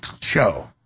show